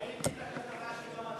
ראיתי את הכתבה שגם אתה ראית.